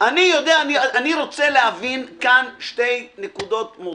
ואני כצרכן צריך לשמוע שמצד אחד כיוון שלא עשיתי מעשה כלשהו,